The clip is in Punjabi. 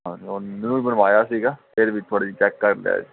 ਹਾਂਜੀ ਉਹ ਨਿਊ ਹੀ ਬਣਵਾਇਆ ਸੀਗਾ ਫਿਰ ਵੀ ਥੋੜ੍ਹੀ ਚੈੱਕ ਕਰ ਲਿਓ ਜੀ